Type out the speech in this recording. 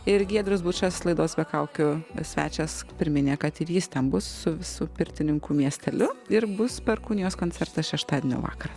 ir giedrius bučas laidos be kaukių svečias priminė kad ir jis ten bus su visu pirtininkų miesteliu ir bus perkūnijos koncertas šeštadienio vakarą